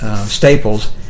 Staples